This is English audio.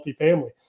multifamily